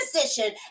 position